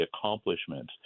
accomplishments